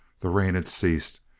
the rain had ceased.